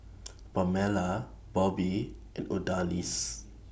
Pamela Bobbie and Odalis